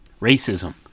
Racism